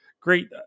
great